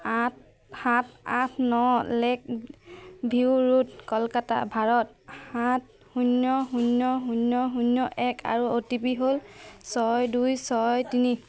আঠ সাত আঠ ন lake view road Kolkata Bharat সাত শূন্য শূন্য শূন্য শূন্য এক আৰু অ' টি পি হ'ল ছয় দুই ছয় তিনি